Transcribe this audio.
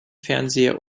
fernseher